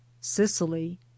sicily